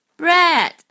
bread